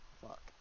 Fuck